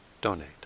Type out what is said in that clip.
donate